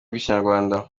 rw’ikinyarwanda